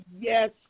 Yes